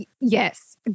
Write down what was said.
Yes